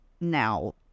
now